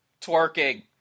twerking